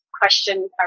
question